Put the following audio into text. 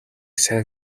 сайн